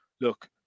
look